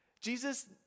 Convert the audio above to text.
Jesus